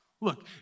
Look